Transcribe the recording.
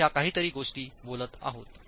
अशा काहीतरी गोष्टी बोलत आहोत